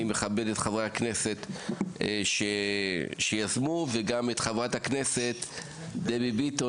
אני מכבד את חברי הכנסת שיזמו וגם את חברת הכנסת דבי ביטון